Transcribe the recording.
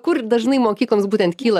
kur dažnai mokykloms būtent kyla